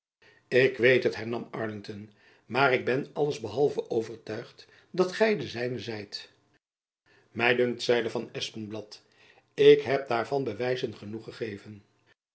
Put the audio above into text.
ik weet het hernam arlington maar ik ben alles behalve overtuigd dat gy de zijne zijt my dunkt zeide van espenblad ik heb daarvan bewijzen genoeg gegeven